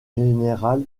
général